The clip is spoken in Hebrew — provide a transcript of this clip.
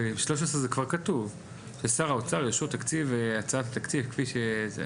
ב-13 זה כבר כתוב ששר האוצר --- הצעת תקציב כפי --- לא,